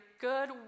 good